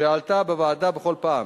שעלתה בוועדה בכל פעם